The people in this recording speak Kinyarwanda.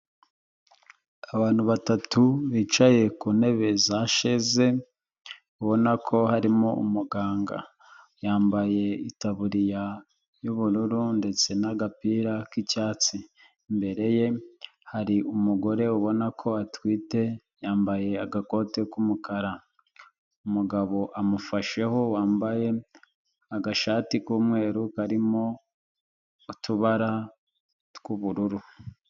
Abantu batatu bicaye ku ntebe za cheze, ubona ko harimo umuganga yambaye itaburiya y’ubururu ndetse n’agapira k'icyatsi, imbere ye har’umugore ubona ko atwite, yambaye agakote k'umukara, umugabo amufasheho wambaye agashati k'umweru karimo utubara tw'ubururu.